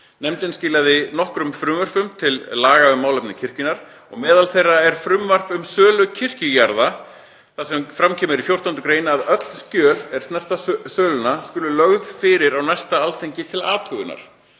Nefndin skilaði nokkrum frumvörpum til laga um málefni kirkjunnar og meðal þeirra er frumvarp um sölu kirkjujarða þar sem fram kemur í 14. gr. að öll skjöl er snerta söluna skuli lögð fyrir á næsta Alþingi til athugunar.